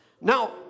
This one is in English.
Now